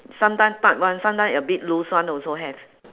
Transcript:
sometime tight [one] sometime a bit loose [one] also have